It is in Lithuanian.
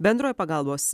bendrojo pagalbos